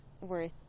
worth